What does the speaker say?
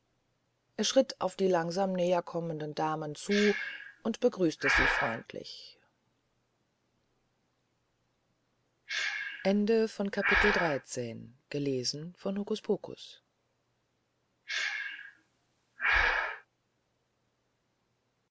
er schritt auf die langsam näherkommenden damen zu und begrüßte sie freundlich